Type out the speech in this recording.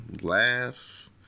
laugh